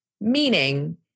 Meaning